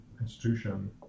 institution